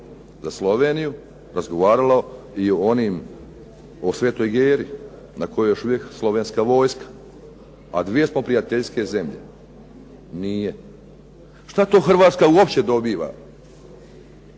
za Sloveniju, razgovaralo i o onoj Svetoj Geri na kojoj je još uvije Slovenska vojska, a dvije smo prijateljske zemlje? Nije. Što to Hrvatska uopće dobiva,